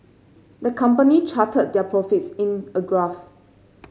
the company charted their profits in a graph